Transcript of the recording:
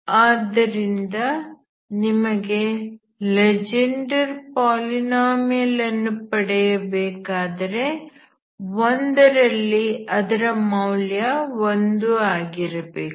ಆದ್ದರಿಂದ ನಿಮಗೆ Legendre polynomial ಅನ್ನು ಪಡೆಯಬೇಕಾದರೆ 1 ರಲ್ಲಿ ಅದರ ಮೌಲ್ಯ 1 ಆಗಿರಬೇಕು